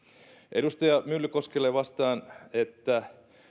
edustaja myllykoskelle vastaan että